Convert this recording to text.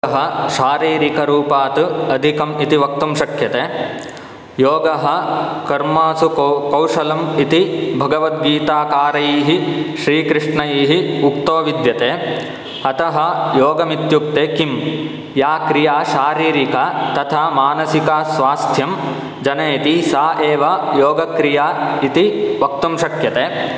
योगः शारीरिकरूपात् अधिकम् इति वक्तुं शक्यते योगः कर्मसु को कौशल्म् इति भगवद्गीताकारैः श्रीकृष्णैः उक्तो विद्यते अतः योगमित्युक्ते किं या क्रिया शारीरिक तथा मानसिकस्वास्थ्यं जनयति स एव योगक्रिया इति वक्तुं शक्यते